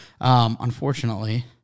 Unfortunately